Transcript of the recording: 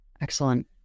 Excellent